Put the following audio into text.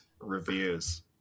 Reviews